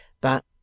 but